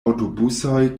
aŭtobusoj